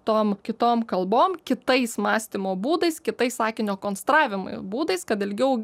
tom kitom kalbom kitais mąstymo būdais kitais sakinio konstravimo būdais kad ilgiau